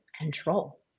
control